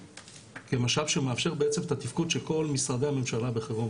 כמשאב שמאפשר בעצם את התפקוד של כל משרדי הממשלה בחירום,